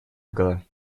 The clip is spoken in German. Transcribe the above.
egal